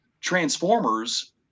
transformers